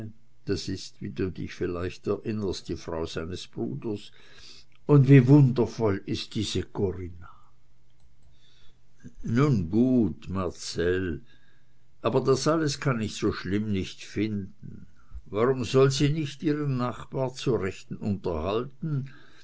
das ist wie du dich vielleicht erinnerst die frau seines bruders und wie wundervoll ist diese corinna nun gut marcell aber das alles kann ich so schlimm nicht finden warum soll sie nicht ihren nachbar zur rechten unterhalten